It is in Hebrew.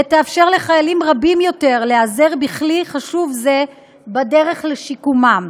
ותאפשר לחיילים רבים יותר להיעזר בכלי חשוב זה בדרך לשיקומם.